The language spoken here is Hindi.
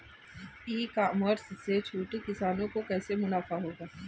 ई कॉमर्स से छोटे किसानों को कैसे मुनाफा होगा?